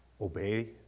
obey